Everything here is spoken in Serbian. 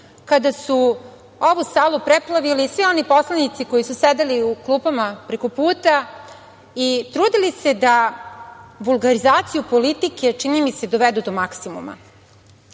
kada su ovu salu preplavili svi oni poslanici koji su sedeli u klupama prekoputa, i trudili se da vulgarizaciju politike, čini mi se, dovedu do maksimuma. Smatram